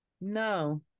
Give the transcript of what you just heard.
no